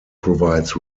provides